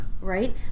Right